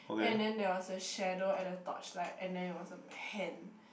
and then there was a shadow at the torchlight and then it was a pen